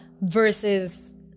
versus